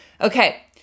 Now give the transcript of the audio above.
Okay